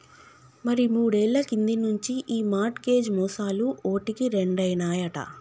మరి మూడేళ్ల కింది నుంచి ఈ మార్ట్ గేజ్ మోసాలు ఓటికి రెండైనాయట